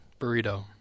burrito